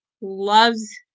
loves